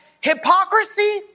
hypocrisy